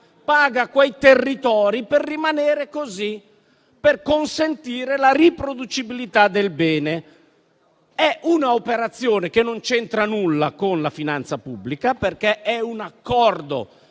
Paga quei territori per rimanere così, per consentire la riproducibilità del bene. È un'operazione che non c'entra nulla con la finanza pubblica, perché è un accordo